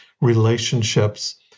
relationships